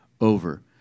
over